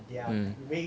mm